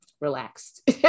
Relaxed